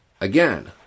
Again